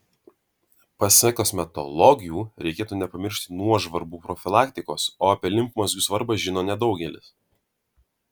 pasak kosmetologių reikėtų nepamiršti nuožvarbų profilaktikos o apie limfmazgių svarbą žino nedaugelis